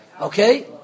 Okay